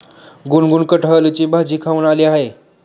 गुनगुन कठहलची भाजी खाऊन आली आहे